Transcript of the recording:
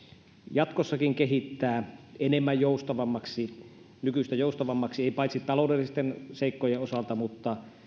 jatkossakin kehittää enemmän joustavaksi nykyistä joustavammaksi paitsi taloudellisten seikkojen osalta mutta